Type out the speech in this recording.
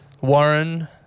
Warren